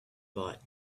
bought